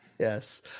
Yes